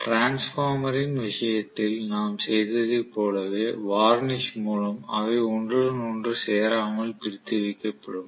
டிரான்ஸ்பார்மரின் விஷயத்தில் நாம் செய்ததைப் போலவே வார்னிஷ் மூலம் அவை ஒன்றுடன் ஒன்று சேராமல் பிரித்து வைக்கப்படும்